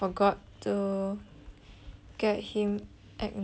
get him acknowledge with the chop